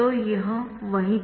तो यह वही था